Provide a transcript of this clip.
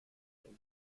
ämter